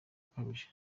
ukabije